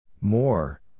More